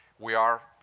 we are